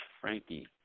Frankie